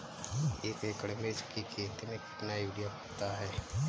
एक एकड़ मिर्च की खेती में कितना यूरिया पड़ता है?